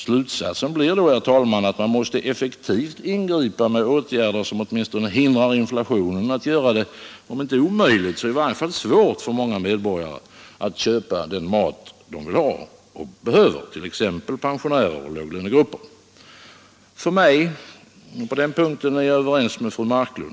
Slutsatsen blir då, herr talman, att man måste effektivt ingripa med åtgärder som åtminstone hindrar inflationen att göra det, om inte omöjligt, så i varje fall svårt för många medborgare — t.ex. pensionärer och låglönegrupper — att köpa den mat de vill ha och behöver. På den punkten är jag överens med fru Marklund.